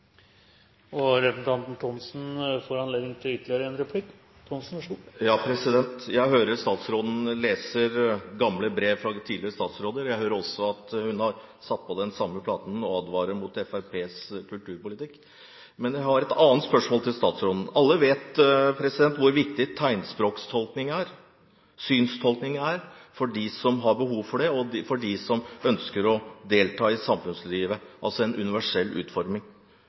Representanten Ib Thomsen får anledning til ytterligere en replikk. Jeg hører at statsråden leser gamle brev fra tidligere statsråder. Jeg hører også at hun har satt på den samme platen og advarer mot Fremskrittspartiets kulturpolitikk. Men jeg har et annet spørsmål til statsråden: Alle vet hvor viktig tegnspråktolkning og synstolkning er for dem som har behov for det, og for dem som ønsker å delta i samfunnslivet – en universell utforming.